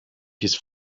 his